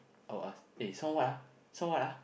I will ask eh so what ah so what ah